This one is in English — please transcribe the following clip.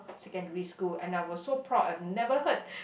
secondary school and I was so proud I've never heard